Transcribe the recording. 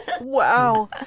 Wow